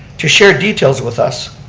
to share details with us